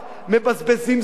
מבזבזים זמן,